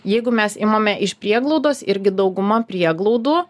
jeigu mes imame iš prieglaudos irgi dauguma prieglaudų